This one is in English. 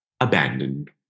abandoned